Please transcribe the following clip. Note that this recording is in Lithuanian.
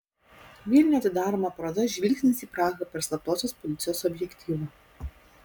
vilniuje atidaroma paroda žvilgsnis į prahą per slaptosios policijos objektyvą